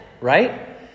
right